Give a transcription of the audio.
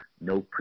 no